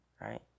right